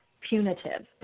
punitive